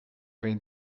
vingt